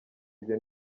ibyo